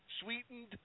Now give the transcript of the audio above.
sweetened